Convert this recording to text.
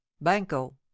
banco